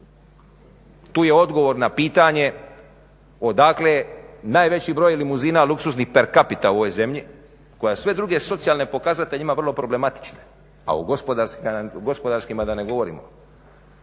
Tu je odgovor na pitanje odakle najveći broj limuzina luksuznih per capita u ovoj zemlji koja sve druge socijalne pokazatelje ima vrlo problematične, a o gospodarskima da ne govorimo.